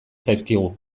zaizkigu